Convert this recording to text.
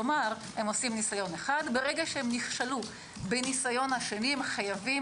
כלומר עושים ניסיון אחד ואם נכשלים בשני חייבים